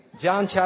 John